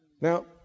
Now